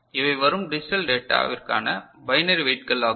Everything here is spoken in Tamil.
இவை வரும் டிஜிட்டல் டேட்டா விற்கான பைனரி வெயிட்கள் ஆகும்